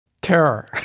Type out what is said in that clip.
Terror